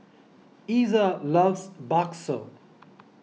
Iza loves Bakso